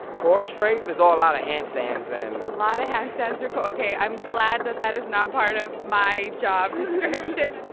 core strength is all a lot of handstands and. a lot of handstands or core ok, i'm glad that that is not part of my job description.